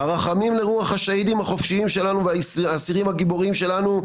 הרחמים לרוח השאהידים החופשיים שלנו והאסירים הגיבורים שלנו.